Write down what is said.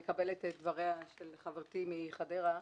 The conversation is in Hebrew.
מקבלת את דבריה של חברתי מחדרה,